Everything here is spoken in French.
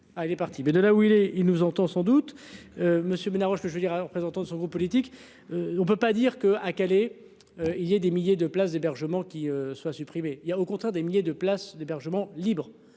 il est parti mais de là où il est, il nous entend sans doute. Monsieur Ménard que je veux dire représentant de son groupe politique. On ne peut pas dire que. Ah. Est. Il y a des milliers de places d'hébergement qui soient supprimés. Il y a au contraire des milliers de places d'hébergement libre